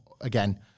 again